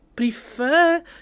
prefer